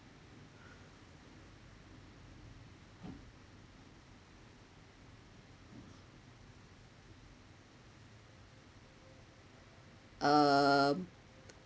um